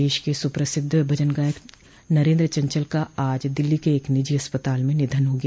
देश के सुप्रसिद्ध भजन गायक नरेन्द्र चंचल का आज दिल्ली के एक निजी अस्पताल में निधन हो गया